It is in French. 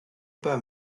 pas